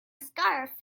scarf